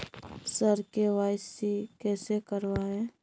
sir KYC कैसे करवाएं